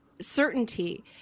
certainty